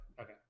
Okay